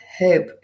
Hope